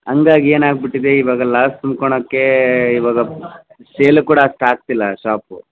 ಹಂಗಾಗ್ ಏನು ಆಗ್ಬಿಟ್ಟಿದೆ ಇವಾಗ ಲಾಸ್ ತುಂಬ್ಕೊಳಕ್ಕೆ ಇವಾಗ ಸೇಲು ಕೂಡ ಅಷ್ಟು ಆಗ್ತಿಲ್ಲ ಶಾಪು